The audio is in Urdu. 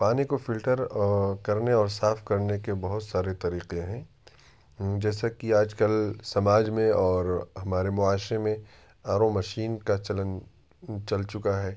پانی کو فلٹر اور کرنے اور صاف کرنے کے بہت سارے طریقے ہیں جیسے کہ آج کل سماج میں اور ہمارے معاشرے میں آر او مشین کا چلن چل چکا ہے